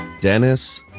Dennis